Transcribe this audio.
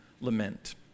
lament